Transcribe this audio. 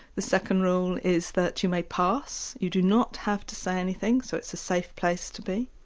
the second rule is that you may pass, you do not have to say anything, so it's a safe place to be.